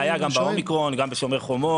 זה היה גם בקורונה, גם בשומר חומות.